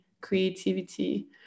creativity